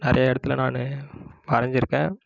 நிறைய இடத்துல நான் வரைஞ்சிருக்கேன்